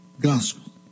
gospel